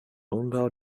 umbau